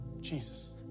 Jesus